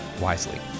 wisely